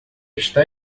está